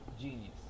genius